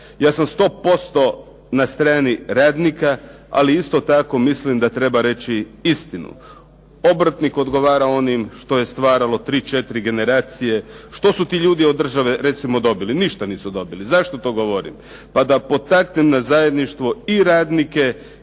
Ja sam 100% na strani radnika, ali isto tako mislim da treba reći istinu. Obrtnik odgovara onim što je stvaralo 3, 4 generacije. Što su ti ljudi od države recimo dobili? Ništa nisu dobili. Zašto to govorim? Pa da potaknem na zajedništvo i radnike